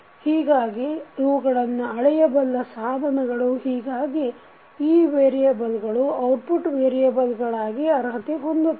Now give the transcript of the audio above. ಹೀಗಾಗಿ ಇವುಗಳು ಅಳೆಯಬಲ್ಲ ಸಾಧನಗಳು ಹೀಗಾಗಿ ಈ ವೇರಿಯಬಲ್ಗಳು ಔಟ್ಪುಟ್ ವೇರಿಯಬಲ್ ಗಳಾಗಿ ಅರ್ಹತೆ ಹೊಂದುತ್ತವೆ